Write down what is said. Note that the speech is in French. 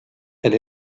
elle